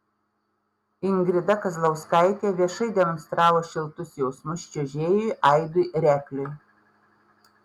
ingrida kazlauskaitė viešai demonstravo šiltus jausmus čiuožėjui aidui rekliui